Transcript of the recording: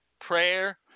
prayer